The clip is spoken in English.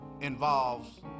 involves